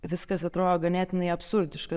viskas atrodo ganėtinai absurdiška